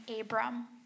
Abram